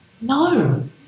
No